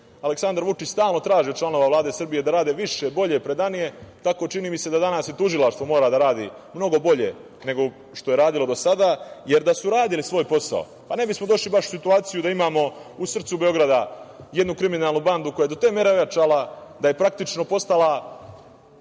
Aleksandar Vučić stalno traži od članova Vlade Srbije da rade više, bolje, predanije, tako i tužilaštvo danas mora da radi mnogo bolje, nego što je radilo do sada. Da su radili svoj posao, pa ne bismo došli u situaciju da imamo u srcu Beograda jednu kriminalnu bandu koja je do te mere ojačala da je praktično postala